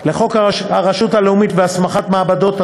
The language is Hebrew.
לחוק הרשות הלאומית להסמכת מעבדות,